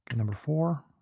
number four.